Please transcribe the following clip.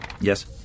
Yes